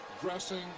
dressing